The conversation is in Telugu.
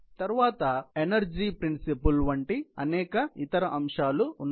అప్పుడు శక్తి సూత్రం వంటి అనేక ఇతర అంశాలు ఉన్నాయి